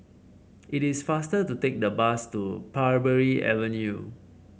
it is faster to take the bus to Parbury Avenue